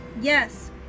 Yes